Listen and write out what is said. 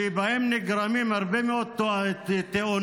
שבהם נגרמות הרבה מאוד תאונות.